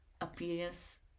appearance